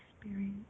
experience